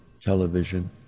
television